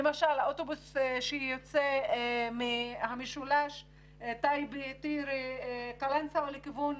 למשל האוטובוס שיוצא מהמשולש טייבה-טירה-קלנסואה לכיוון